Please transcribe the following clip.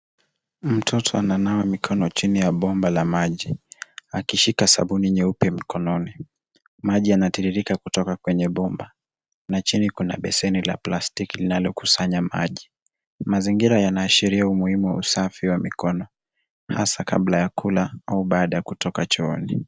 Mtoto ananawa mikono chini ya bomba la maji akishika sabuni nyeupe mkononi. Maji yanatiririka kutoka kwenye bomba na chini kuna beseni la plastiki linalokusanya maji. Mazingira yanaashiria umuhimu wa usafi wa mikono, hasaa kabla ya kula au baada ya kutoka chooni.